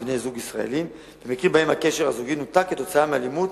לבני-זוג של ישראלים במקרים שבהם הקשר הזוגי נותק כתוצאה מאלימות